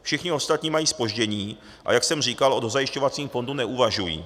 Všichni ostatní mají zpoždění, a jak jsem říkal, o dozajišťovacím fondu neuvažují.